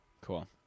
cool